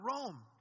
Rome